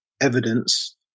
evidence